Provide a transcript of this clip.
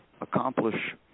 accomplish